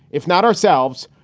if not ourselves,